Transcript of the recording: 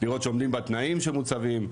לראות שעומדים בתנאים שמוצבים.